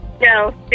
No